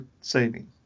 saving